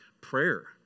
prayer